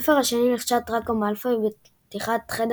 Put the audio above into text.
בספר השני נחשד דראקו מאלפוי בפתיחת חדר